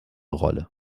rolle